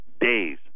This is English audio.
days